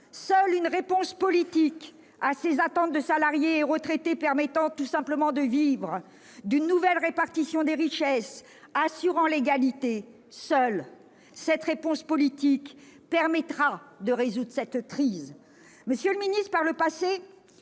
seule une réponse politique aux salariés et aux retraités qui demandent tout simplement à vivre, qui attendent une nouvelle répartition des richesses assurant l'égalité, seule cette réponse politique permettra de résoudre cette crise ! Monsieur le ministre, par le passé,